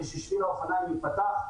כדי ששביל האופניים ייפתח,